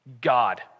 God